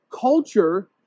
culture